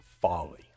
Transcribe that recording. folly